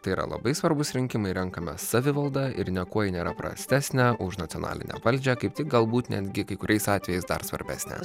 tai yra labai svarbūs rinkimai renkame savivaldą ir niekuo ji nėra prastesnė už nacionalinę valdžią kaip tik galbūt netgi kai kuriais atvejais dar svarbesnė